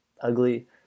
ugly